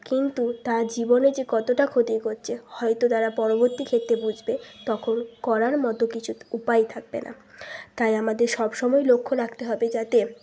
কিন্তু তা জীবনে যে কতোটা ক্ষতি করছে হয়তো তারা পরবর্তী ক্ষেত্রে বুঝবে তখন করার মতো কিছু উপায় থাকবে না তাই আমাদের সব সময় লক্ষ্য রাখতে হবে যাতে